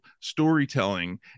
storytelling